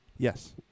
Yes